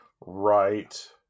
right